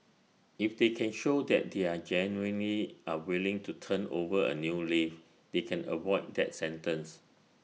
if they can show that they genuinely are willing to turn over A new leaf they can avoid that sentence